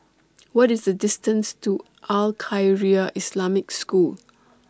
What IS The distance to Al Khairiah Islamic School